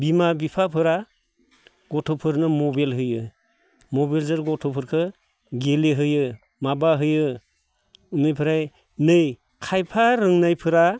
बिमा बिफाफोरा गथ'फोरनो मबाइल होयो मबाइलजों गथ'फोरखौ गेलेहोयो माबाहोयो बेनिफ्राय नै खायफा रोंनायफोरा